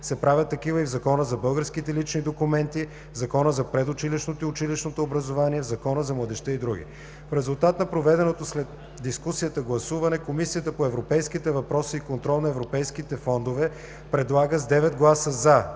се правят такива и в Закона за българските лични документи, в Закона за предучилищното и училищното образование, в Закона за младежта и други. В резултат на проведеното след дискусията гласуване Комисията по европейските въпроси и контрол на европейските фондове предлага с 9 гласа „за“